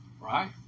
right